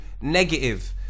negative